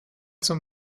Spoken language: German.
zum